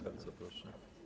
Bardzo proszę.